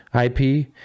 IP